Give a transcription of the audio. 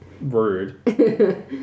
rude